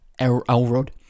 Elrod